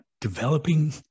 developing